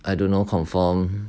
I don't know confirm